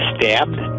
Stabbed